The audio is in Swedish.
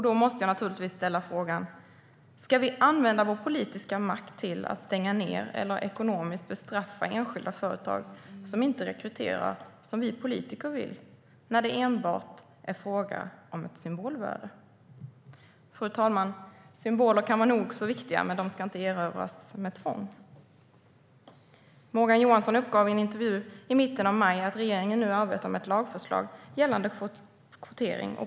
Då måste jag naturligtvis ställa frågan: Ska vi använda vår politiska makt till att stänga ned eller ekonomiskt bestraffa enskilda företag som inte rekryterar som vi politiker vill, när det enbart är fråga om ett symbolvärde? Fru talman! Symboler kan vara nog så viktiga, men de ska inte erövras med tvång. Morgan Johansson uppgav i en intervju i mitten av maj att regeringen nu arbetar med ett lagförslag gällande kvotering.